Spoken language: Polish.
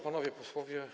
Panowie Posłowie!